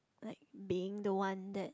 like being the one that